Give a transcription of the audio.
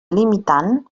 limitant